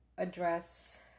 address